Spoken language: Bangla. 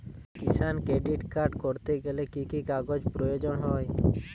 কিষান ক্রেডিট কার্ড করতে গেলে কি কি কাগজ প্রয়োজন হয়?